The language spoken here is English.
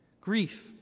Grief